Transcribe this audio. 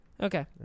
okay